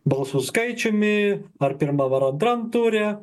balsų skaičiumi ar pirmam ar antram ture